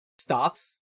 stops